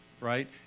right